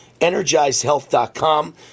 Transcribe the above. energizedhealth.com